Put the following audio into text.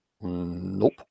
Nope